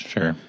Sure